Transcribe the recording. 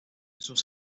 sus